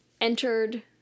entered